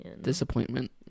Disappointment